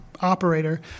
operator